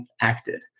acted